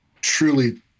truly